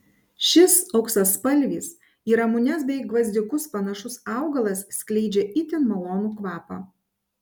šis auksaspalvis į ramunes bei gvazdikus panašus augalas skleidžia itin malonų kvapą